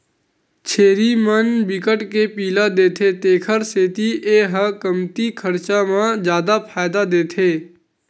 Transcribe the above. छेरी मन बिकट के पिला देथे तेखर सेती ए ह कमती खरचा म जादा फायदा देथे